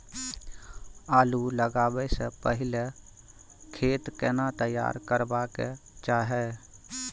आलू लगाबै स पहिले खेत केना तैयार करबा के चाहय?